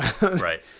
right